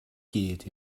gyd